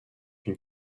une